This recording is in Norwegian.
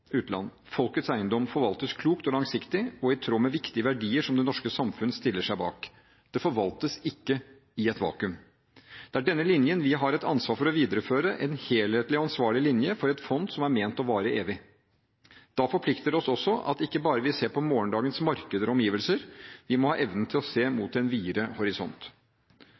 folkets eiendom, forvaltes klokt og langsiktig og i tråd med viktige verdier som det norske samfunn stiller seg bak. Det forvaltes ikke i et vakuum. Det er denne linjen vi har et ansvar for å videreføre – en helhetlig og ansvarlig linje for et fond som er ment å vare evig. Da forplikter vi oss også til ikke bare å se på morgendagens markeder og omgivelser, vi må ha evnen til å se mot en videre horisont.